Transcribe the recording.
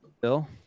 Bill